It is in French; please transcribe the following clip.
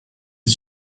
est